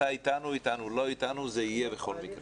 אתה איתנו איתנו; לא איתנו זה יהיה בכל מקרה.